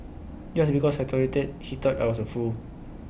just because I tolerated he thought I was A fool